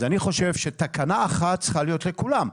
אז אני חושב שתקנה אחת צריכה להיות לכולם.